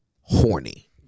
horny